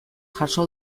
jaso